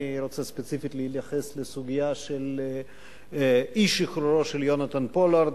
אני רוצה ספציפית להתייחס לסוגיה של אי-שחרורו של יונתן פולארד,